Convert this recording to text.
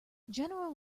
general